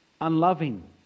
unloving